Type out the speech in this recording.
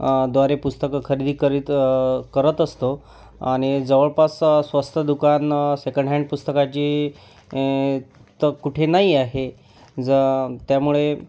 द्वारे पुस्तक खरेदी करीत करत असतो आणि जवळपास स्वस्त दुकान सेकंड हँन्ड पुस्तकाचे यें तर कुठे नाही आहे त्यामुळे